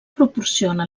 proporciona